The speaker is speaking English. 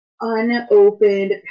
unopened